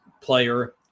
player